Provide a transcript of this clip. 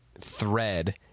thread